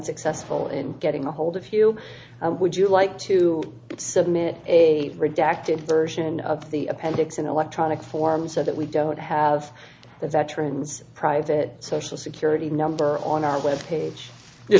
unsuccessful in getting a hold of you would you like to submit a redacted version of the appendix in electronic form so that we don't have the veterans private social security number on our web page